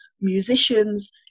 musicians